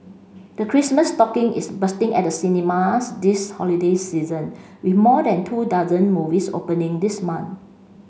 the Christmas stocking is bursting at the cinemas this holiday season with more than two dozen movies opening this month